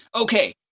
Okay